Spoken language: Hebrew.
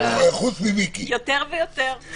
יותר ויותר.